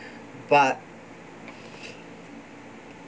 but